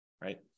right